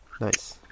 Nice